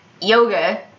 yoga